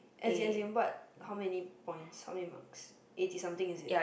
as in as in what how many points how many marks eighty something is it